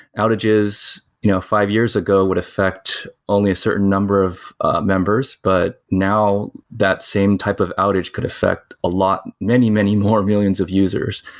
outages you know five years ago would affect only a certain number of members, but now that same type of outage could affect a lot, many, many more millions of users.